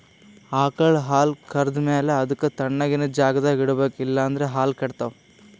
ಆಕಳ್ ಹಾಲ್ ಕರ್ದ್ ಮ್ಯಾಲ ಅದಕ್ಕ್ ತಣ್ಣಗಿನ್ ಜಾಗ್ದಾಗ್ ಇಡ್ಬೇಕ್ ಇಲ್ಲಂದ್ರ ಹಾಲ್ ಕೆಡ್ತಾವ್